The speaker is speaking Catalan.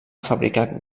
fabricar